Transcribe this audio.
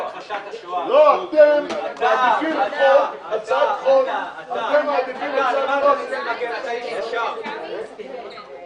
הישיבה ננעלה בשעה 14:10.